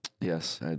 Yes